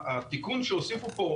התיקון שהוסיפו פה,